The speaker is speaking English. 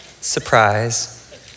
surprise